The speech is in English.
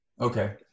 Okay